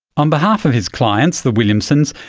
on behalf of his clients, the williamsons,